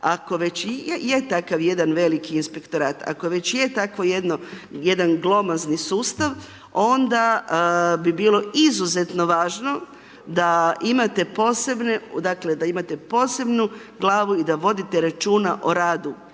ako već i je tako jedan veliki inspektorat, ako već je takvo jedno, jedan glomazni sustav, onda bi bilo izuzetno važno da imate posebne, dakle, da imate posebnu glavu